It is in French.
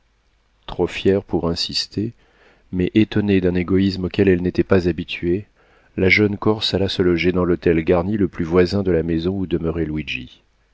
trop fière pour insister mais étonnée d'un égoïsme auquel elle n'était pas habituée la jeune corse alla se loger dans l'hôtel garni le plus voisin de la maison où